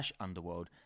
Underworld